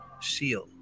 Seal